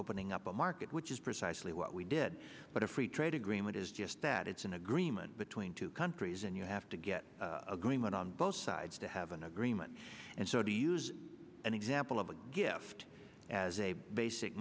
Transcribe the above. opening up a market which is precisely what we did but a free trade agreement is just that it's an agreement between two countries and you have to get agreement on both sides to have an agreement and so do use an example of a gift as a basic